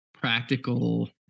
practical